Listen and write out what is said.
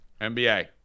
NBA